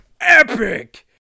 epic